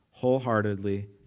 wholeheartedly